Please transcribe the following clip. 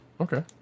Okay